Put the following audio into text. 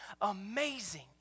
amazing